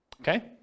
Okay